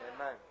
amen